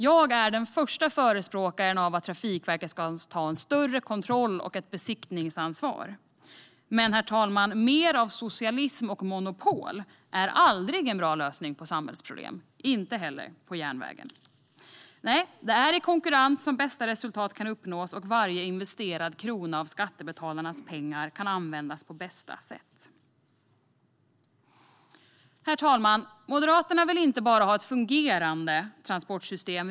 Jag är den första att förespråka att Trafikverket ska ta större kontroll och besiktningsansvar, herr talman, men mer av socialism och monopol är aldrig en bra lösning på samhällsproblem - inte heller för järnvägen. Nej, det är i konkurrens som bäst resultat kan uppnås och varje investerad krona av skattebetalarnas pengar kan användas på bästa sätt. Herr talman! Moderaterna vill inte bara ha ett fungerande transportsystem.